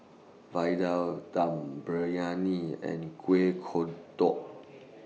Vadai Dum Briyani and Kueh Kodok